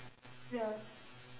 ya